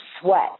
sweat